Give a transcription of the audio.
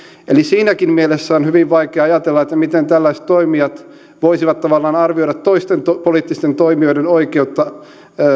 eli siinäkin mielessä on hyvin vaikea ajatella miten tällaiset toimijat voisivat tavallaan arvioida toisten poliittisten toimijoiden oikeutta